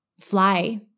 fly